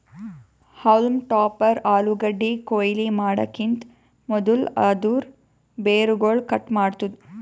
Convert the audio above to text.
haulm topper ಆಲೂಗಡ್ಡಿ ಕೊಯ್ಲಿ ಮಾಡಕಿಂತ್ ಮದುಲ್ ಅದೂರ್ ಬೇರುಗೊಳ್ ಕಟ್ ಮಾಡ್ತುದ್